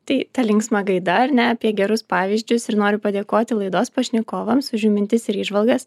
tai ta linksma gaida ar ne apie gerus pavyzdžius ir noriu padėkoti laidos pašnekovams už jų mintis ir įžvalgas